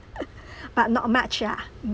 but not much lah